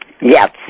Yes